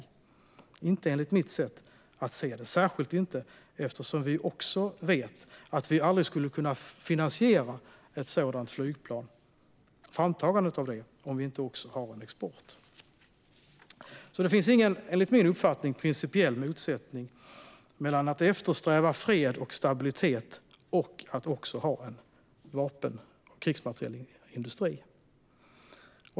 Det gör det inte enligt mitt sätt att se det, särskilt inte eftersom vi också vet att vi aldrig skulle kunna finansiera framtagandet av ett sådant flygplan om vi inte också har en export. Det finns alltså enligt min uppfattning ingen principiell motsättning mellan att eftersträva fred och stabilitet och att också ha en krigsmaterielindustri.